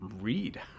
read